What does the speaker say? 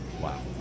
Wow